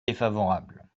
défavorable